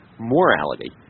Morality